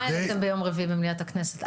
מה העליתם ביום רביעי במליאת הכנסת?